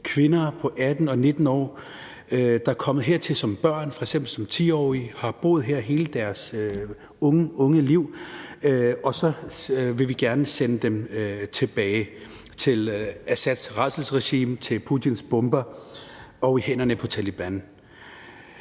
kvinder på 18 og 19 år, der er kommet hertil som børn, f.eks. som 10-årige, og har boet her hele deres unge liv, og så vil vi gerne sende dem tilbage til Assads rædselsregime, til Putins bomber og i hænderne på Taleban.